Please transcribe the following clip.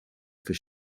for